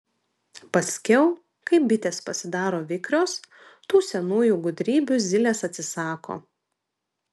paskiau kai bitės pasidaro vikrios tų senųjų gudrybių zylės atsisako